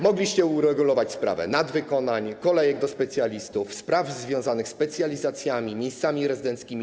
Mogliście uregulować sprawę nadwykonań, kolejek do specjalistów, sprawy związane ze specjalizacjami, miejscami rezydenckimi.